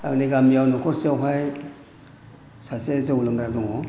आंनि गामियाव न'खरसेयावहाय सासे जौ लोंग्रा दङ